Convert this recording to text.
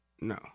no